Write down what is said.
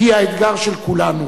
היא האתגר של כולנו,